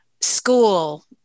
school